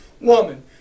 woman